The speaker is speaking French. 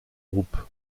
groupe